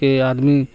کہ آدمی